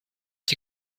die